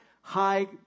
high